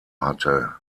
hatte